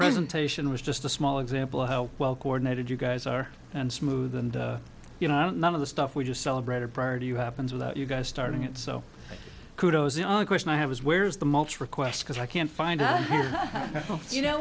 presentation was just a small example of how well coordinated you guys are and smooth and you know none of the stuff we just celebrated prior to you happens with you guys starting it so cudos the only question i have is where's the mulch request because i can't find out you know